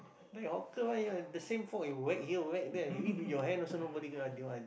then hawker the same fork you whack here whack there you eat with your hand also nobody gonna